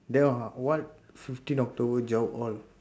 what fifteen october job all